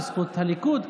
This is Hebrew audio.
בזכות הליכוד,